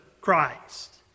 Christ